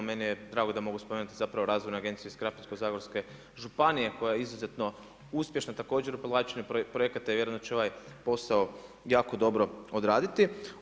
Meni je drago da mogu spomenuti zapravo Razvojnu agenciju iz Krapinsko-zagorske županije koja je izuzetno uspješna također u povlačenju projekata i vjerujem da će ovaj posao jako dobro odraditi.